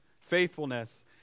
faithfulness